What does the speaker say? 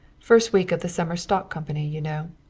first week of the summer stock company, you know.